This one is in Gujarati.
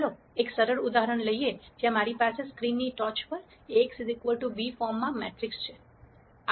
ચાલો એક સરળ ઉદાહરણ લઈએ જ્યાં મારી પાસે સ્ક્રીનની ટોચ પર A x b ફોર્મમાં મેટ્રિક્સ છે